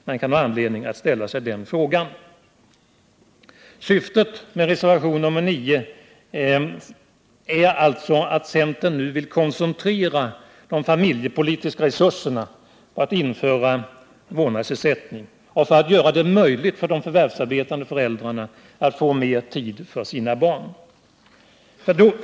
Man kan ha anledning att ställa sig den frågan. Syftet med reservation nr 9 är alltså att centern nu vill koncentrera de familjepolitiska resurserna på att införa vårdnadsersättning och att vi vill göra det möjligt för de förvärvsarbetande föräldrarna att få mer tid över för sina barn.